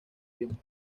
primo